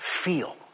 Feel